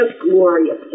glorious